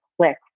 click